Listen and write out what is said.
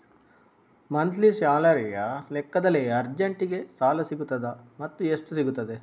Monthly ಸ್ಯಾಲರಿಯ ಲೆಕ್ಕದಲ್ಲಿ ಅರ್ಜೆಂಟಿಗೆ ಸಾಲ ಸಿಗುತ್ತದಾ ಮತ್ತುಎಷ್ಟು ಸಿಗುತ್ತದೆ?